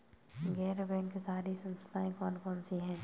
गैर बैंककारी संस्थाएँ कौन कौन सी हैं?